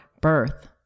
birth